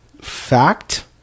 fact